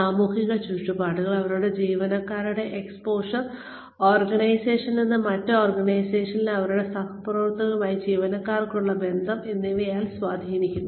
സാമൂഹിക ചുറ്റുപാടുകൾ അവരുടെ ജീവനക്കാരുടെ എക്സ്പോഷർ ഓർഗനൈസേഷനിൽ നിന്ന് മറ്റ് ഓർഗനൈസേഷനുകളിലെ അവരുടെ സഹപ്രവർത്തകരുമായി ജീവനക്കാർക്കുള്ള ബന്ധങ്ങൾ എന്നിവയാൽ അവരെ സ്വാധീനിക്കുന്നു